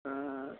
दा